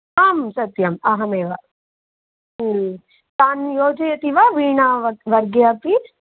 आं सत्यम् अहमेव तां योजयति वा वीणा वर्गे अपि